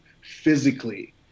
physically